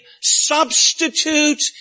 substitute